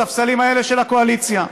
בספסלים האלה של הקואליציה.